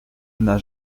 n’a